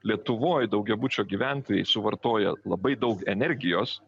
lietuvoj daugiabučio gyventojai suvartoja labai daug energijos